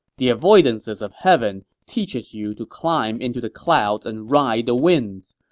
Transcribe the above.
the avoidances of heaven teaches you to climb into the clouds and ride the winds.